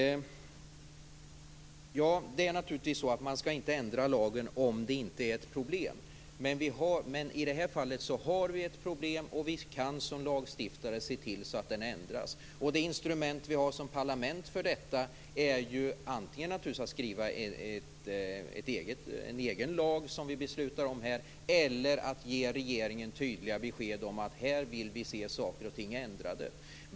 Man skall naturligtvis inte ändra lagen om det inte föreligger något problem. Men i det här fallet finns det ett problem, och som lagstiftare kan vi se till att det blir en ändring. Det som parlamentet som lagstiftare har som instrument för detta är antingen att införa en ny lag eller att ge regeringen tydliga besked om att vi vill se saker och ting ändrade.